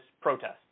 protest